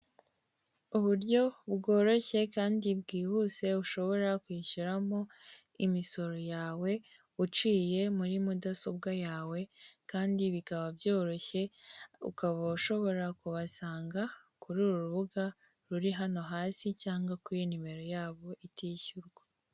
Uburyo bworoshye kandi bwihuse ushobora kwishyuramo imisoro yawe uciye muri mudasobwa yawe kandi bikaba byoroshye ukaba ushobora kubasanga kuri uru rubuga ruri hano hasi cyangwa kuri nimero yabo itishyurwa.